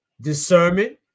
discernment